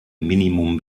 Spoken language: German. minimum